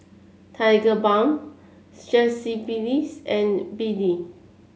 Tigerbalm Strepsils and B D